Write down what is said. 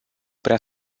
prea